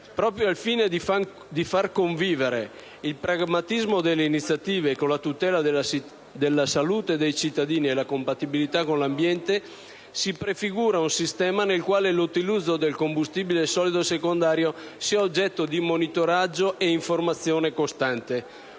Proprio al fine di far convivere il pragmatismo delle iniziative con la tutela della salute dei cittadini e la compatibilità con l'ambiente, si prefigura un sistema nel quale l'utilizzo del combustibile solido secondario sia oggetto di monitoraggio e informazione costante.